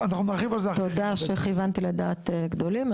תודה שכיוונתי לדעת גדולים,